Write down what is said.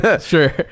Sure